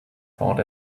thought